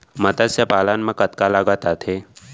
मतस्य पालन मा कतका लागत आथे?